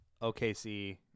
OKC